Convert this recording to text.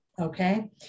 okay